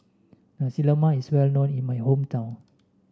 Nasi Lemak is well known in my hometown